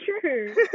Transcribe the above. true